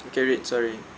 you can read sorry